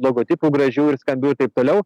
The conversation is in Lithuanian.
logotipų gražių ir skambių ir taip toliau